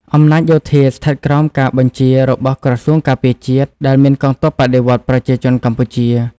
អំណាចយោធាស្ថិតក្រោមការបញ្ជារបស់ក្រសួងការពារជាតិ ដែលមានកងទ័ពបដិវត្តន៍ប្រជាជនកម្ពុជា។